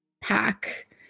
pack